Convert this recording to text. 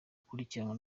bakurikiranwa